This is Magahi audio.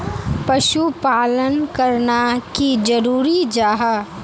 पशुपालन करना की जरूरी जाहा?